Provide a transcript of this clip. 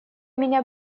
меня